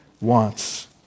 wants